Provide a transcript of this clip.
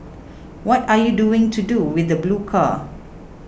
what are you doing to do with the blue car